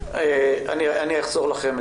את מבינה,